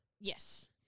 Yes